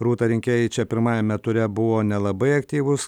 rūta rinkėjai čia pirmajame ture buvo nelabai aktyvūs